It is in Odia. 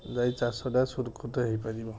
ଯାଇ ଚାଷଟା ସୁରୁଖୁରୁରେ ହେଇପାରିବ